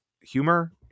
humor